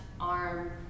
arm